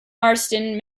marston